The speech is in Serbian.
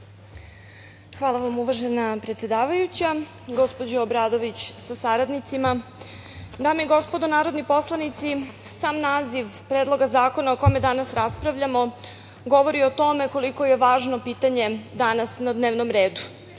Hvala vam, uvažena predsedavajuća. Gospođo Obradović sa saradnicima, dame i gospodo narodni poslanici, sam naziv Predloga zakona o kome danas raspravljamo govori o tome koliko je važno pitanje danas na dnevnom redu